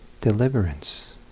deliverance